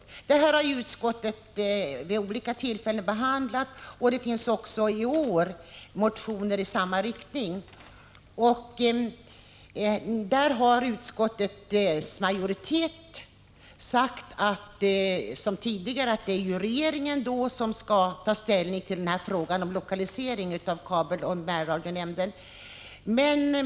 Utskottet har vid flera tillfällen behandlat frågan, och det finns också i år motioner i denna riktning. Utskottets majoritet har, som tidigare, sagt att det är regeringen som skall ta ställning till frågan om lokalisering av kabeloch närradionämnderna.